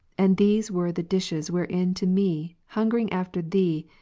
and these were the dishes wherein to me, hungering after thee,